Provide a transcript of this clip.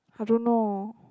I don't know